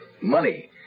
Money